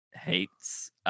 hates